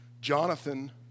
Jonathan